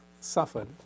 suffered